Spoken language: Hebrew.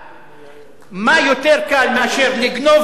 מה יותר קל מאשר לגנוב אדמה של מישהו,